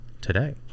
today